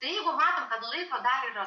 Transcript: tai jeigu matom kad laiko dar yra